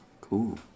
Cool